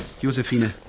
Josefine